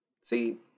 See